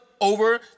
over